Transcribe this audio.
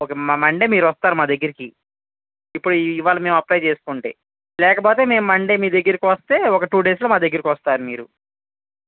okay మ Monday మీరు వస్తారు మా దగ్గరకి ఇపు ఈ ఈవేళ మేము అప్ప్లై చేసుకుంటే లేకపోతే మేము మండే మీ దగ్గరకి వస్తే ఒక టూ డేస్లో మా దగ్గరకి వస్తారు మీరు